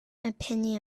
opinion